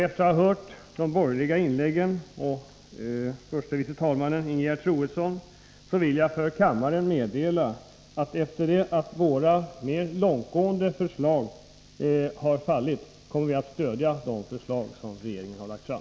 Efter att ha hört inläggen från de borgerliga representanterna, särskilt från förste vice talmannen Ingegerd Troedsson, vill jag meddela kammaren att efter det att våra mer långtgående förslag har fallit kommer vi att stödja de förslag som regeringen har lagt fram.